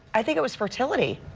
i think it was fertility.